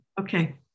Okay